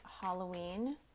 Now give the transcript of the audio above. Halloween